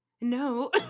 no